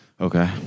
Okay